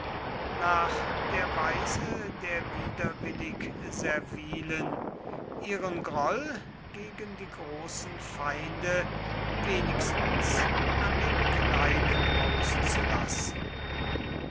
nach der weise der widerwillig servilen ihren groll gegen die großen feinde wenigstens an den kleinen auszulassen